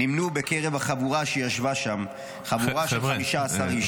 נמנו בקרב החבורה שישבה שם, חבורה של 15 איש.